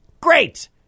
great